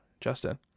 Justin